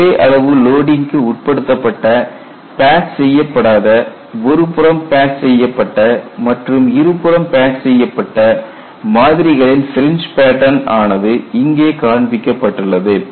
ஒரே அளவு லோடிங்க்கு உட்படுத்தப்பட்ட பேட்ச் செய்யப்படாத ஒருபுறம் பேட்ச் செய்யப்பட்ட மற்றும் இருபுறம் பேட்ச் செய்யப்பட்ட மாதிரிகளின் ஃபிரிஞ்ச் பேட்டன் ஆனது இங்கே காண்பிக்கப்பட்டுள்ளது